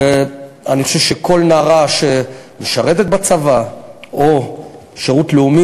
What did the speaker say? ואני חושב שכל נערה שמשרתת בצבא או בשירות לאומי,